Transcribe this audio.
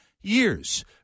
years